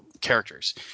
characters